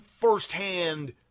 firsthand